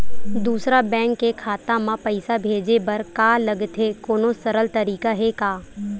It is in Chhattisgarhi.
दूसरा बैंक के खाता मा पईसा भेजे बर का लगथे कोनो सरल तरीका हे का?